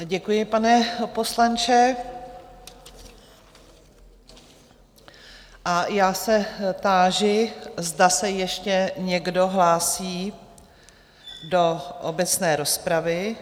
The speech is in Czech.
Děkuji, pane poslanče, a já se táži, zda se ještě někdo hlásí do obecné rozpravy?